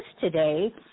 today